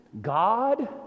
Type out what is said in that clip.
God